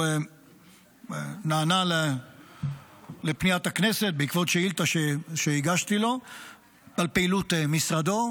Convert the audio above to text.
הוא נענה לפניית הכנסת בעקבות שאילתה שהגשתי לו על פעילות משרדו,